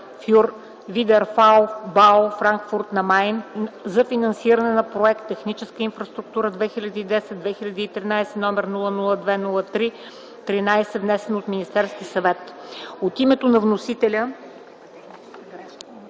фюр Видерауфбау - Франкфурт на Майн, за финансиране на проект „Техническа инфраструктура 2010-2013”, № 002-03-13, внесен от Министерския съвет. От името на вносителя